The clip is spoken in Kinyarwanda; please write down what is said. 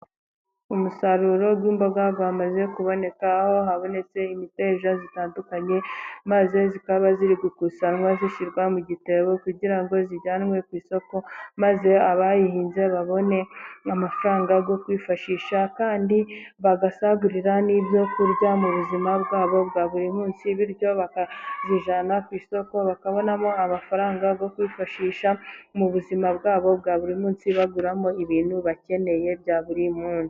Umusaruro w'imboga wamaze kuboneka aho habonetse imiteja itandukanye, maze ikaba iri gukusanywa ishyirwa mu gitebo kugira ngo ijyanwe ku isoko maze abayihinze babone amafaranga yo kwifashisha, kandi bagasagurira n'ibyo kurya mu buzima bwabo bwa buri munsi, bityo bakayijyana ku isoko bakabonamo amafaranga yo kwifashisha mu buzima bwabo bwa buri munsi, baguramo ibintu bakeneye bya buri munsi.